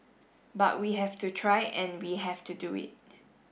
but we have to try and we have to do it